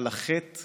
על החטא